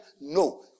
No